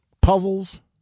Puzzles